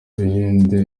buhinde